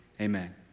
amen